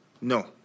No